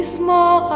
small